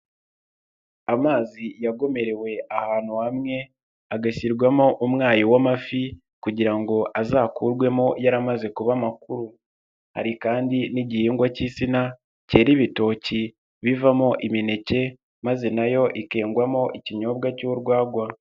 Amazi yagomerewe ahantu hamwe agashyirwamo umwayi w'amafi kugira ngo azakurwemo yaramaze kuba makuru, hari kandi n'igihingwa k'insina cyera ibitoki bivamo imineke maze na yo ikegwamo ikinyobwa cy'urwagwa.